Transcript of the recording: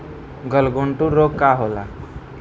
गलघोंटु रोग का होला?